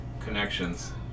connections